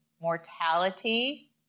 mortality